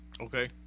Okay